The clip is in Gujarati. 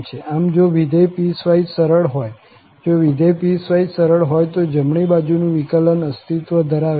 આમ જો વિધેય પીસવાઈસ સરળ હોય જો વિધેય પીસવાઈસ સરળ હોય તો જમણી બાજુનું વિકલન અસ્તિત્વ ધરાવે છે